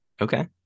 Okay